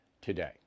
today